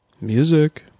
Music